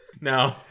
No